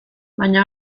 baina